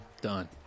Done